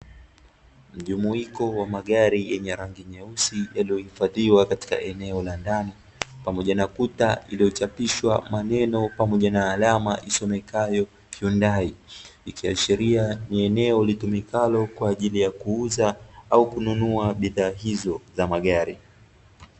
Mjumuiko wa magari yenye rangi nyeusi yaliyohifadhiwa katika eneo la ndani, pamoja na kuta iliyochapishwa maneno pamoja na alama isomekayo Hyundai, ikiashiria ni eneo litumikalo kwa ajili ya kuuza au kununua bidhaa hizo za magari.